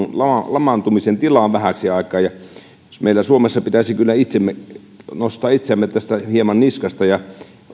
lamaantumisen tilaan vähäksi aikaa meillä suomessa pitäisi kyllä nostaa itseämme hieman niskasta ja